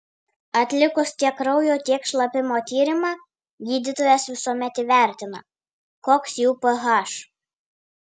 atlikus tiek kraujo tiek šlapimo tyrimą gydytojas visuomet įvertina koks jų ph